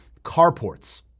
carports